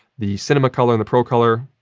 the cinema color and the pro color,